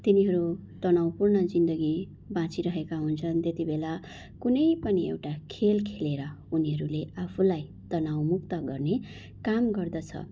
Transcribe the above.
तिनीहरू तनावपूर्ण जिन्दगी बाँचिरहेका हुन्छन् तेतिबेला कुनै पनि एउटा खेल खेलेर उनीहरूले आफूलाई तनावमुक्त गर्ने काम गर्दछ